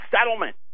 settlement